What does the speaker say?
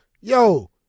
yo